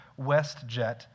WestJet